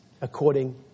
according